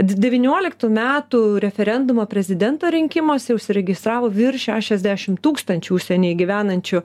devynioliktų metų referendumo prezidento rinkimuose užsiregistravo virš šešiasdešim tūkstančių užsieny gyvenančių